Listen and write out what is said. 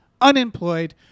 Unemployed